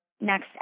next